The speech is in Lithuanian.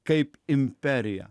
kaip imperiją